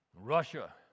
Russia